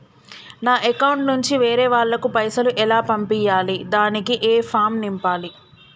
నా అకౌంట్ నుంచి వేరే వాళ్ళకు పైసలు ఎలా పంపియ్యాలి దానికి ఏ ఫామ్ నింపాలి?